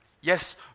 Yes